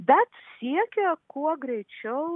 bet siekia kuo greičiau